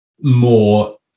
more